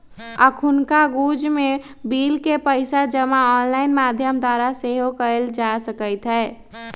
अखुन्का जुग में बिल के पइसा जमा ऑनलाइन माध्यम द्वारा सेहो कयल जा सकइत हइ